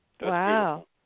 Wow